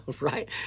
right